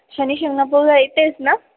शनिशिंगणापूरला येते आहेस ना